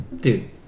dude